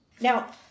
Now